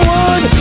one